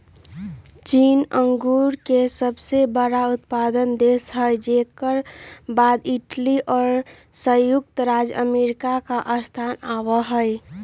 चीन अंगूर के सबसे बड़ा उत्पादक देश हई जेकर बाद इटली और संयुक्त राज्य अमेरिका के स्थान आवा हई